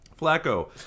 Flacco